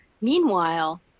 Meanwhile